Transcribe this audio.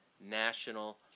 National